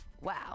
Wow